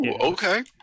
okay